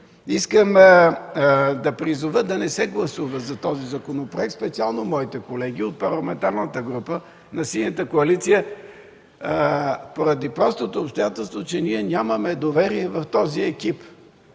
искам да призова да не се гласува за този законопроект, специално моите колеги от Парламентарната група на Синята коалиция поради простото обстоятелство, че ние нямаме доверие в този екип.